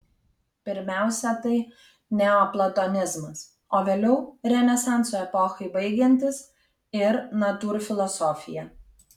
pirmiausia tai neoplatonizmas o vėliau renesanso epochai baigiantis ir natūrfilosofija